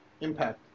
impact